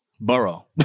borough